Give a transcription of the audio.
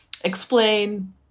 explain